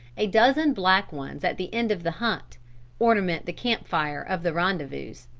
a dozen black ones at the end of the hunt ornament the camp-fire of the rendezvous.